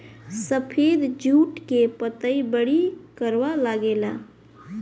सफेद जुट के पतई बड़ी करवा लागेला